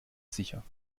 sicher